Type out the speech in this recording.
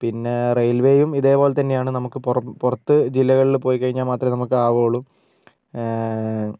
പിന്നെ റെയിൽവേയും ഇതേപോലെ തന്നെയാണ് നമുക്ക് പുറം പുറത്ത് ജില്ലകളിൽ പോയിക്കഴിഞ്ഞാൽ മാത്രമേ നമുക്ക് ആവുകയുള്ളൂ